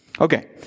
Okay